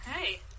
Hey